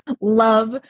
love